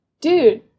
dude